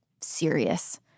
serious